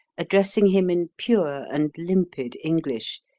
addressing him in pure and limpid english,